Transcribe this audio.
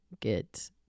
get